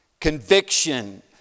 Conviction